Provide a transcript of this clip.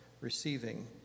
receiving